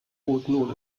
rohypnol